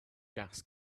gas